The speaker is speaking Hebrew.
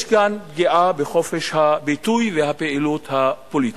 יש כאן פגיעה בחופש הביטוי והפעילות הפוליטית.